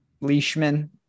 Leishman